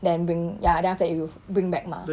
then bring ya then after that you bring back mah